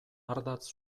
ardatz